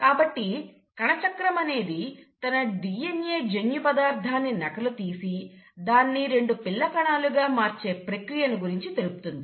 కాబట్టి కణచక్రం అనేది తన DNA జన్యు పదార్థాన్ని నకలు తీసి దాన్ని రెండు పిల్ల కణాలుగా మార్చే ప్రక్రియను గురించి తెలుపుతుంది